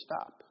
stop